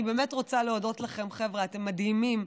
אני באמת רוצה להודות לכם, חבר'ה, אתם מדהימים.